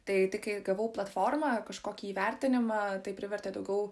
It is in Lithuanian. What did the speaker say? tai tai kai gavau platformą kažkokį įvertinimą tai privertė daugiau